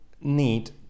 need